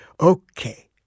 okay